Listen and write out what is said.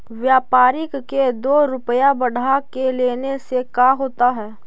व्यापारिक के दो रूपया बढ़ा के लेने से का होता है?